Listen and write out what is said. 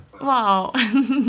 Wow